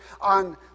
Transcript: on